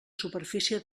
superfície